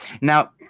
Now